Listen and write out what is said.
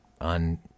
on